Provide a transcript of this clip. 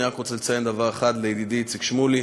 אני רק רוצה לציין דבר אחד לידידי איציק שמולי,